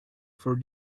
for